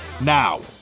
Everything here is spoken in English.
now